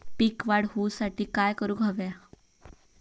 पीक वाढ होऊसाठी काय करूक हव्या?